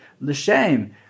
L'shem